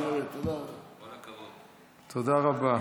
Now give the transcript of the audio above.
תודה רבה.